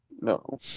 No